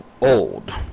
old